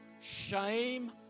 shame